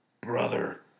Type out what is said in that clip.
brother